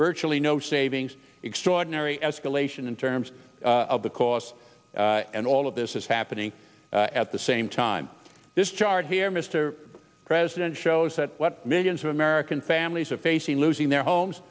virtually no savings extraordinary escalation in terms of the costs and all of this is happening at the same time this chart here mr president shows that millions of american families are facing losing their homes